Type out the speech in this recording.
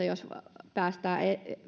jos päästään